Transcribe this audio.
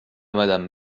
madame